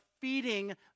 feeding